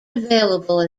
available